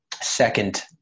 Second